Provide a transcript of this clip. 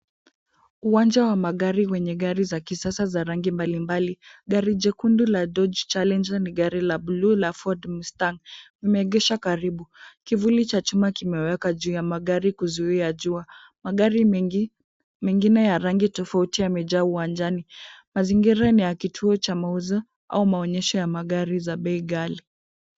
Uwanja wa magari wenye gari za kisasa za rangi mbalimbali. Gari jekunde la Dodge Challenger ni gari la buluu la Ford Mustang vimeegeshwa karibu. Kivuli cha chuma kimewekwa juu ya magari kuzuia jua. Magari mengi, mengine ya rangi tofauti yamejaa uwanjani. Mazingira ni ya kituo cha mauzo au maonyesho ya magari za bei ghali.